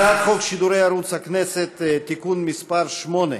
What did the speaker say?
הצעת חוק שידורי ערוץ הכנסת (תיקון מס' 8),